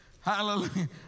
Hallelujah